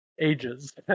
ages